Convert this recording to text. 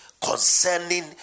concerning